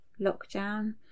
lockdown